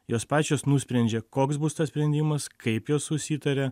jos pačios nusprendžia koks bus tas sprendimas kaip jos susitaria